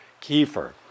kefir